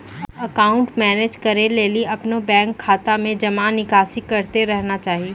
account manage करै लेली अपनो बैंक खाता मे जमा निकासी करतें रहना चाहि